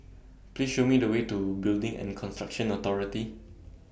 Please Show Me The Way to Building and Construction Authority